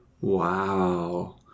Wow